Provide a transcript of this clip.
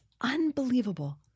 Unbelievable